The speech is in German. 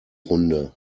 runde